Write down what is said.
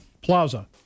Plaza